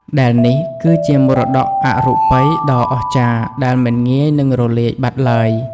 ដែលនេះគឺជាមរតកអរូបិយដ៏អស្ចារ្យដែលមិនងាយនឹងរលាយបាត់ឡើយ។